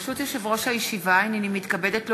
ברשות יושב-ראש הישיבה, הנני מתכבדת להודיעכם,